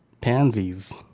pansies